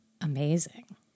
Amazing